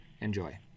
Enjoy